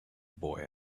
boy